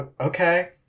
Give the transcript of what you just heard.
okay